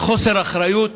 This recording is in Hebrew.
חוסר אחריות